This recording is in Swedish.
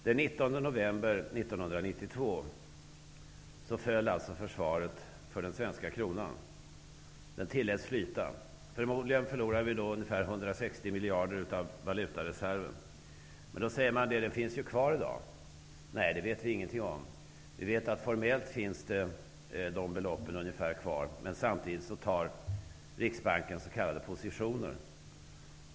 Den 19 november 1992 föll försvaret av den svenska kronan, som då tilläts flyta. Förmodligen förlorade vi då ungefär 160 miljarder kronor av valutareserven. En del säger: Valutareserven finns ju kvar! Men det vet vi ingenting om. Vi vet att ungefär dessa belopp formellt finns kvar, men samtidigt tar Riksbanken s.k. positioner.